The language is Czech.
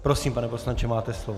Prosím, pane poslanče, máte slovo.